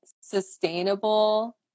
sustainable